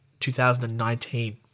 2019